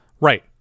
Right